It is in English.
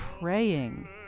praying